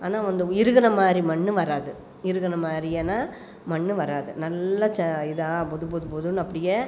ஆனால் வந்து இறுகின மாதிரி மண்ணு வராது இறுகுனமாதிரியான மண் வராது நல்லா ச இதாக பொது பொது பொதுன்னு அப்படியே